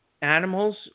animals